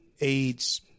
AIDS